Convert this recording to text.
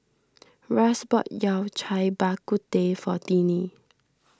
Russ bought Yao Cai Bak Kut Teh for Tiney